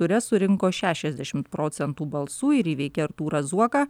ture surinko šešiasdešimt procentų balsų ir įveikė artūrą zuoką